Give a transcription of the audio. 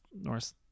Norse